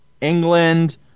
England